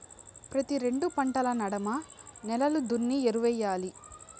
ప్రతి రెండు పంటల నడమ నేలలు దున్ని ఎరువెయ్యాలి